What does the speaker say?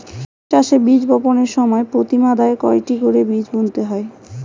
সিম চাষে বীজ বপনের সময় প্রতি মাদায় কয়টি করে বীজ বুনতে হয়?